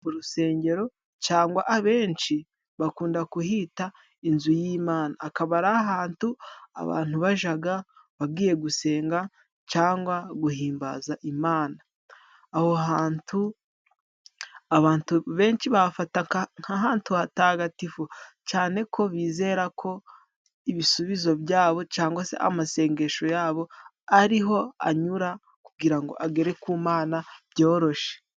Urusengero cangwa abenshi bakunda kuhita inzu y'Imana . Akaba ari ahantu abantu bajaga bagiye gusenga cangwa guhimbaza Imana. Aho hantu abantu benshi bahafataga nk'ahantu hatagatifu cane ko bizera ko ibisubizo byabo cangwa se amasengesho yabo ariho anyura kugira ngo agere ku Mana byoroshe